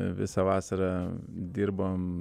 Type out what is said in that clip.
visą vasarą dirbom